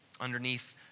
Underneath